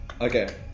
Okay